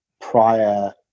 prior